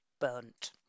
burnt